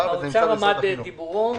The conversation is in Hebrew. האוצר עמד בדיבורו,